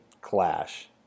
clash